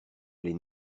les